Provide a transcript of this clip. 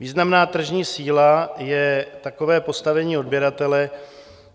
Významná tržní síla je takové postavení odběratele,